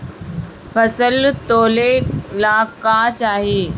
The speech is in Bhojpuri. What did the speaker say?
फसल तौले ला का चाही?